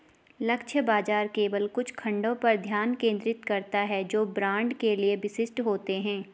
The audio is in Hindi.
लक्ष्य बाजार केवल कुछ खंडों पर ध्यान केंद्रित करता है जो ब्रांड के लिए विशिष्ट होते हैं